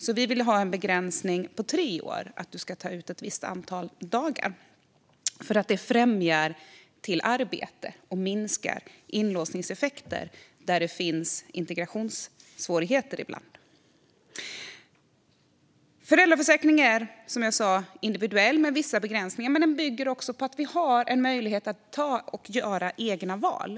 Vi vill därför ha en begränsning på tre år inom vilka man ska ta ut ett visst antal dagar. Det befrämjar arbete och minskar inlåsningseffekter där det ibland finns integrationssvårigheter. Föräldraförsäkringen är individuell och har vissa begränsningar, men den ger också en möjlighet att göra egna val.